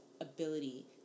ability